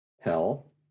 Hell